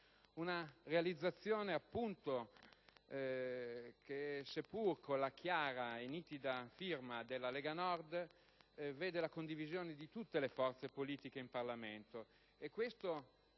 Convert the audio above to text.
Una realizzazione che, se pur con la firma chiara e nitida della Lega Nord, vede la condivisione di tutte le forze politiche in Parlamento,